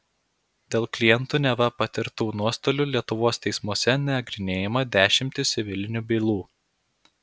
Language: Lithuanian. dėl klientų neva patirtų nuostolių lietuvos teismuose nagrinėjama dešimtys civilinių bylų